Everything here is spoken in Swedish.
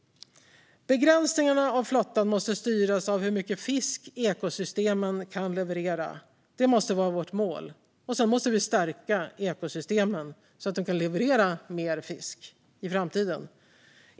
Begränsningen av flottan måste styras av hur mycket fisk ekosystemen kan leverera. Detta måste vara vårt mål. Och sedan måste vi stärka ekosystemen så att de kan leverera mer fisk i framtiden.